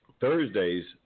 Thursdays